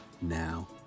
Now